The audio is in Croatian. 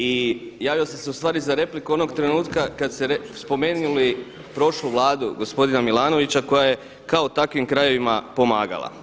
I javio sam se ustvari za repliku onog trenutka kada ste spomenuli prošlu Vladu gospodina Milanovića koja je kao takvim krajevima pomagala.